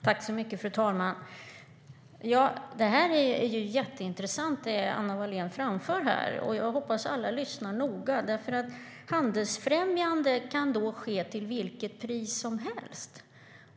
Fru talman! Det Anna Wallén framför här är ju jätteintressant. Jag hoppas att alla lyssnar noga, därför att handelsfrämjande kan i så fall ske till vilket pris som helst.